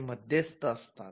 ते मध्यस्थ असतात